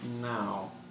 now